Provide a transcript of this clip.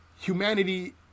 humanity